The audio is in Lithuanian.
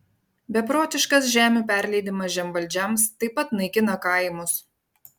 beprotiškas žemių perleidimas žemvaldžiams taip pat naikina kaimus